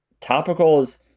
topicals